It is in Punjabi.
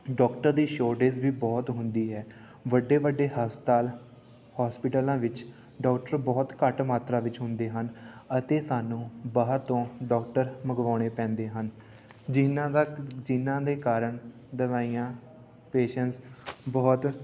ਡਾਕਟਰ ਦੀ ਸ਼ੋਰਟਏਜ਼ ਵੀ ਬਹੁਤ ਹੁੰਦੀ ਹੈ ਵੱਡੇ ਵੱਡੇ ਹਸਪਤਾਲ ਹੋਸਪਿਟਲਾਂ ਵਿੱਚ ਡਾਕਟਰ ਬਹੁਤ ਘੱਟ ਮਾਤਰਾ ਵਿੱਚ ਹੁੰਦੇ ਹਨ ਅਤੇ ਸਾਨੂੰ ਬਾਹਰ ਤੋਂ ਡਾਕਟਰ ਮੰਗਵਾਉਣੇ ਪੈਂਦੇ ਹਨ ਜਿਨ੍ਹਾਂ ਦਾ ਜਿਨ੍ਹਾਂ ਦੇ ਕਾਰਨ ਦਵਾਈਆਂ ਪੇਸ਼ੈਸ ਬਹੁਤ